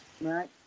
right